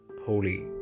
holy